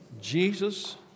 Jesus